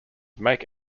make